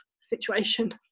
situation